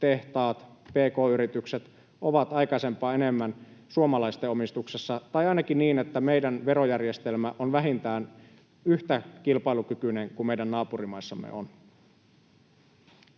tehtaat, pk-yritykset ovat aikaisempaa enemmän suomalaisten omistuksessa, tai ainakin niin, että meidän verojärjestelmämme on vähintään yhtä kilpailukykyinen kuin meidän naapurimaissamme on.